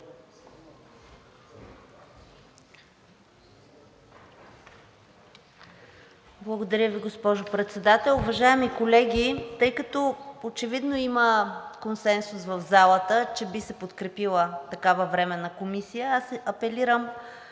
Благодаря Ви, госпожо Председател!